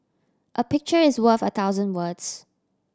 a picture is worth a thousand words